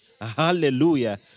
Hallelujah